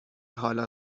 حالا